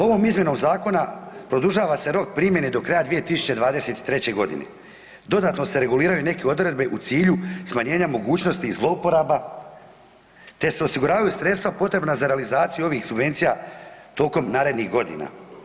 Ovom izmjenom zakona produžava se rok primjene do kraja 2023.g., dodatno se reguliraju neke odredbe u cilju smanjenja mogućnosti zlouporaba te se osiguravaju sredstva potrebna za realizaciju ovih subvencija tokom narednih godina.